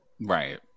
Right